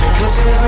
Cause